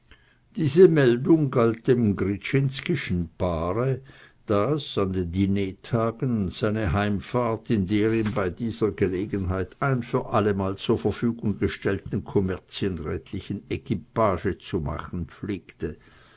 diese meldung galt dem gryczinskischen paare das an den dinertagen seine heimfahrt in der ihm bei dieser gelegenheit ein für allemal zur verfügung gestellten kommerzienrätlichen equipage zu machen pflegte